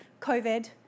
COVID